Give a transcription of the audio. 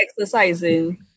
exercising